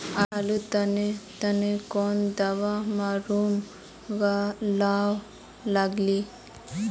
आलूर तने तने कौन दावा मारूम गालुवा लगली?